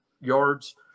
yards